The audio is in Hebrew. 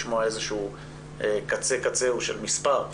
לשמוע איזה קצה קצהו של מספר.